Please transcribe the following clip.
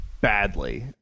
badly